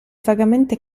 vagamente